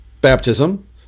baptism